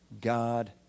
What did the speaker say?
God